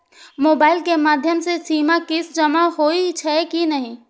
Mobile के माध्यम से सीमा किस्त जमा होई छै कि नहिं?